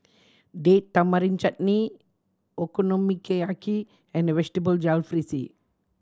Date Tamarind Chutney Okonomiyaki and Vegetable Jalfrezi